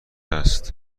است